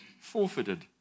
forfeited